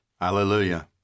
Hallelujah